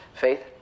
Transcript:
Faith